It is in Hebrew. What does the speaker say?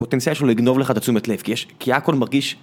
הפוטנציאל שלו לגנוב לך את התשומת לב, כי יש... כי הכל מרגיש...